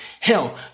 Hell